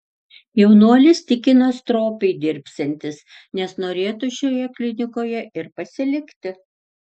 jaunuolis tikina stropiai dirbsiantis nes norėtų šioje klinikoje ir pasilikti